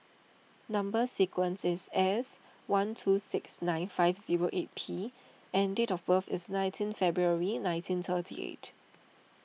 Number Sequence is S one two six nine five zero eight P and date of birth is nineteen February nineteen thirty eight